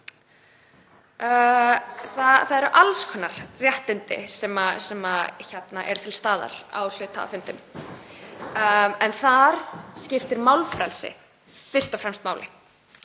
Það eru alls konar réttindi sem eru til staðar á hluthafafundum en þar skiptir málfrelsi fyrst og fremst máli.